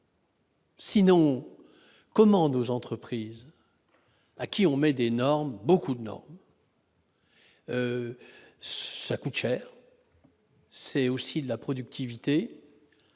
Sinon comment nos entreprises à qui on met des normes beaucoup de noms. ça coûte cher. C'est aussi la productivité